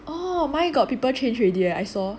oh mine got people change already leh I saw